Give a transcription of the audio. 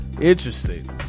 interesting